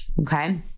okay